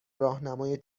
راهنمای